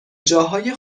جاهای